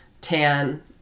tan